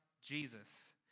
Jesus